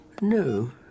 No